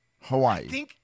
Hawaii